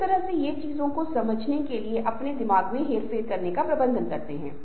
ये समूह प्रक्रिया के कुछ चरण हैं प्रगति कैसे समूह प्रगति करता है